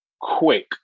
quick